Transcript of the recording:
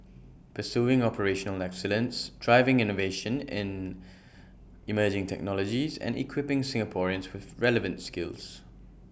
pursuing operational excellence driving innovation in emerging technologies and equipping Singaporeans with relevant skills